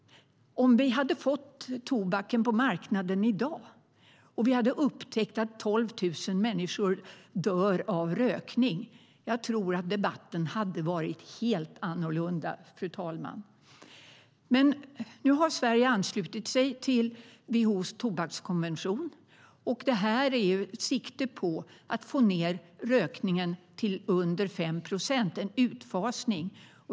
Om vi hade fått tobaken på marknaden i dag och upptäckt att 12 000 människor dör av rökning tror jag att debatten hade varit helt annorlunda, fru talman. Men nu har Sverige anslutit sig till WHO:s tobakskonvention med sikte på att få ned rökningen till under 5 procent - en utfasning.